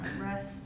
Rest